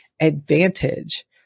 advantage